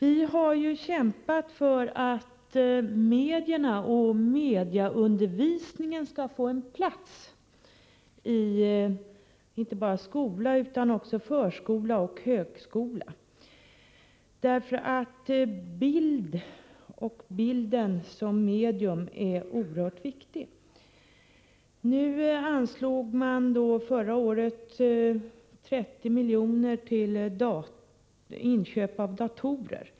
Vi har ju kämpat för att medierna och mediaundervisaingen skall få en plats inte bara i grundskolan utan också i förskolan och högskolan, därför att bilden i sig och även bilden som medium är någonting oerhört viktigt. Förra året anslogs 30 milj.kr. för inköp av datorer.